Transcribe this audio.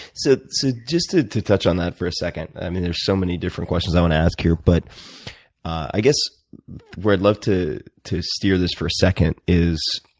so so just to touch on that for a second. i mean there's so many different questions i want to ask here. but i guess where i'd love to to steer this for a second is,